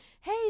hey